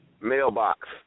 Mailbox